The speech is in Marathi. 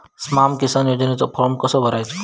स्माम किसान योजनेचो फॉर्म कसो भरायचो?